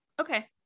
Okay